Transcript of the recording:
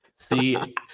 See